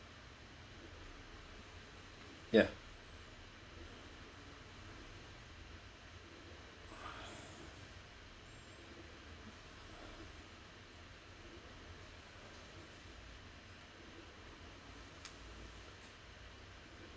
ya